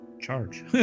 charge